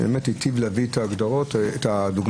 שהטיב להביא את הדוגמאות,